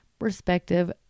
respective